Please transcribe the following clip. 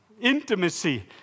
intimacy